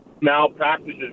malpractices